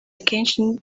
kenshi